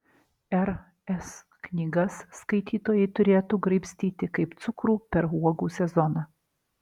r s knygas skaitytojai turėtų graibstyti kaip cukrų per uogų sezoną